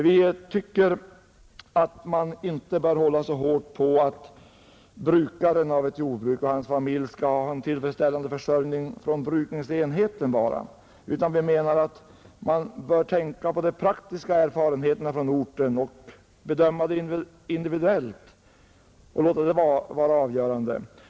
Vi tycker också att man inte bör hålla så hårt på regeln att brukaren av ett jordbruk och hans familj skall ha en tillfredsställande försörjning enbart från brukningsenheten. Vi menar att man bör tänka på de praktiska erfarenheterna från orten och bedöma fallen individuellt.